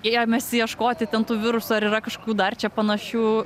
ėmėsi ieškoti ten tų virusų ar yra kaškių dar čia panašių